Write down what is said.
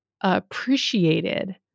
appreciated